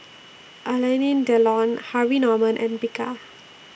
Alanine Delon Harvey Norman and Bika